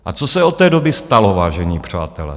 A co se od té doby stalo, vážení přátelé?